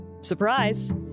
Surprise